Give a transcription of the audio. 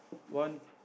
one